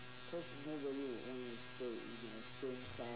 cause nobody would want to stay in a same task